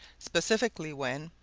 specifically, when,